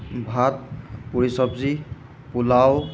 ভাত পুৰি চবজি পোলাও